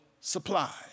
supply